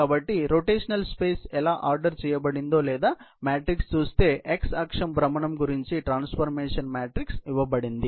కాబట్టి rotational space ఎలా order చేయబడిందో లేదా మ్యాట్రిక్స్ చూస్తే x అక్షం భ్రమణం గురించి ట్రాన్స్ఫర్మేషన్ మ్యాట్రిక్స్ ఇవ్వబడింది